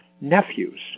nephews